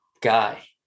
guy